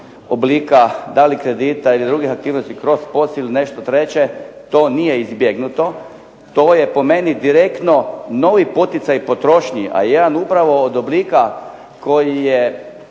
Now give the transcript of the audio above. oblika da li kredita ili drugih aktivnosti kroz POS ili nešto treće to nije izbjegnuto. To je po meni direktno novi poticaj potrošnje a jedan upravo od oblika koji je